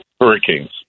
hurricanes